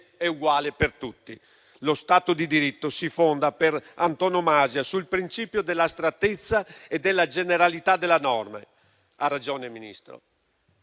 è uguale per tutti. Lo Stato di diritto si fonda per antonomasia sul principio dell'astrattezza e della generalità delle norme. Ha ragione, Ministro: